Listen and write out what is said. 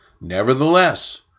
Nevertheless